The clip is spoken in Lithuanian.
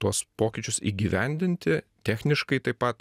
tuos pokyčius įgyvendinti techniškai taip pat